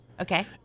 Okay